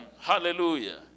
hallelujah